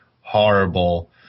horrible